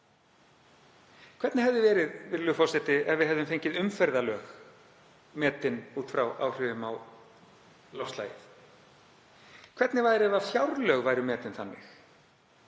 Hvernig hefði verið ef við hefðum fengið umferðarlög metin út frá áhrifum á loftslagið? Hvernig væri ef fjárlög væru metin þannig?